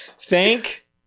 thank